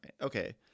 Okay